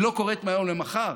היא לא קורית מהיום למחר,